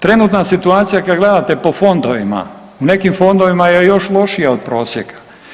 Trenutna situacija kad gledate po fondovima, u nekim fondovima je još lošija od prosjeka.